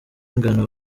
ingano